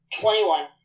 twenty-one